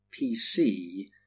PC